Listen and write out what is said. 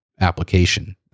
application